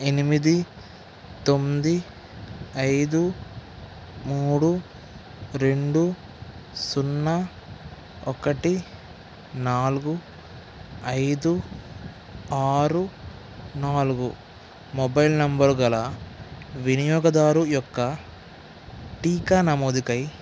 ఎనిమిది తొమ్మిది ఐదు మూడు రెండు సున్న ఒక్కటి నాలుగు ఐదు ఆరు నాలుగు మొబైల్ నంబరు గల వినియోగదారు యొక్క టీకా నమోదుకై